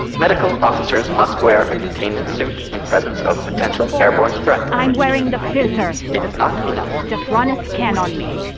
medical officers must wear a containment suit in presence of potential airborne threat i'm wearing the filter! it is not enough just run a scan on me!